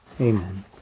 Amen